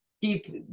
keep